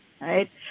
right